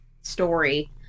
story